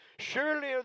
Surely